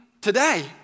today